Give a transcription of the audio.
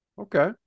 Okay